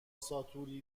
ساتور